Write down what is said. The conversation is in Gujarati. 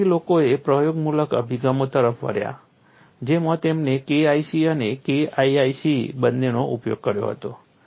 પાછળથી લોકોએ પ્રયોગમૂલક અભિગમો તરફ વળ્યા જેમાં તેમણે KIC અને KIIC બંનેનો ઉપયોગ કર્યો હતો